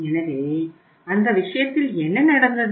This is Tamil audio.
எனவே அந்த விஷயத்தில் என்ன நடந்தது